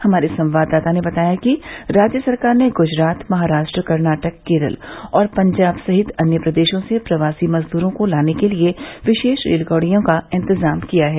हमारे संवाददाता ने बताया है कि राज्य सरकार ने गुजरात महाराष्ट्र कर्नाटक केरल और पंजाब सहित अन्य प्रदेशों से प्रवासी मजदूरों को लाने के लिए विशेष रेलगाड़ियों का इन्तजाम किया है